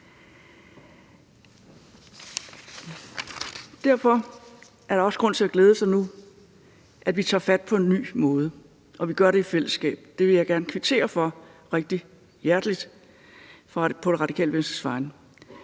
Derfor er der også grund til nu at glæde sig over, at vi tager fat på en ny måde, og at vi gør det i fællesskab. Det vil jeg hjertelig kvittere for på Det Radikale Venstres vegne.